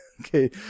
Okay